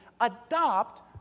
adopt